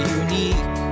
unique